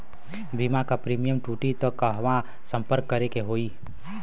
बीमा क प्रीमियम टूटी त कहवा सम्पर्क करें के होई?